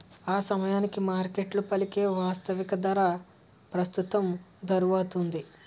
ఆసమయానికి మార్కెట్లో పలికే వాస్తవిక ధర ప్రస్తుత ధరౌతుంది